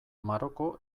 maroko